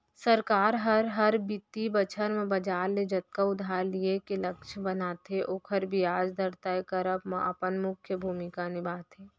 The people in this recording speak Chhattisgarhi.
सरकार हर, हर बित्तीय बछर म बजार ले जतका उधार लिये के लक्छ बनाथे ओकर बियाज दर तय करब म अपन मुख्य भूमिका निभाथे